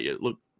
Look